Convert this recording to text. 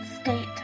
state